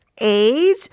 age